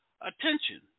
attention